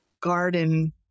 garden